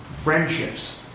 friendships